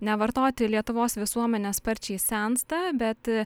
nevartoti lietuvos visuomenė sparčiai sensta bet